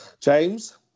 James